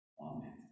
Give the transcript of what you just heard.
Amen